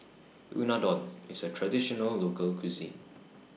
Unadon IS A Traditional Local Cuisine